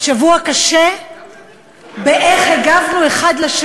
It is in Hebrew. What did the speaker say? שבוע קשה מבחינת איך שהגבנו האחד כלפי